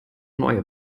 neue